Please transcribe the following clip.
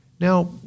Now